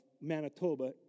Manitoba